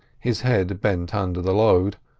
his head bent under the load,